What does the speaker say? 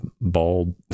bald